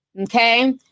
okay